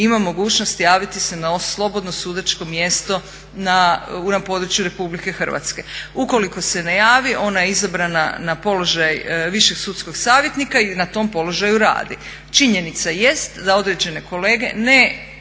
ima mogućnost javiti se na slobodno sudačko mjesto na području RH. Ukoliko se ne javi ona je izabrana na položaj višeg sudskog savjetnika i na tom položaju radi. Činjenica jest da određene kolege ne